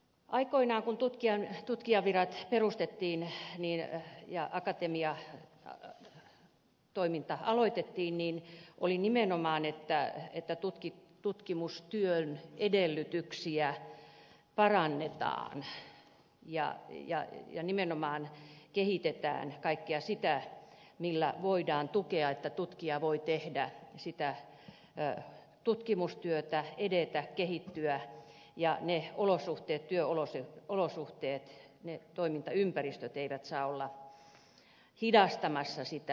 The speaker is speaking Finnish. aikoinaan kun tutkijavirat perustettiin ja akatemian toiminta aloitettiin oli tavoitteena nimenomaan että tutkimustyön edellytyksiä parannetaan ja nimenomaan kehitetään kaikkea sitä millä voidaan tukea sitä että tutkija voi tehdä sitä tutkimustyötä edetä kehittyä ja ne työolosuhteet toimintaympäristöt eivät saa olla hidastamassa sitä